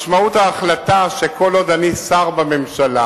משמעות ההחלטה היא שכל עוד אני שר בממשלה,